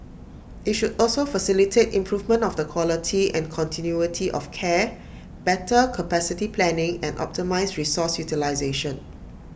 IT should also facilitate improvement of the quality and continuity of care better capacity planning and optimise resource utilisation